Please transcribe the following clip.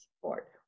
support